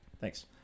Thanks